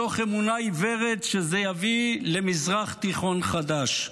מתוך אמונה עיוורת שזה יביא למזרח תיכון חדש.